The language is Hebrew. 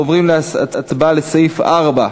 עוברים להצבעה על סעיף 4,